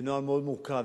זה נוהל מאוד מורכב,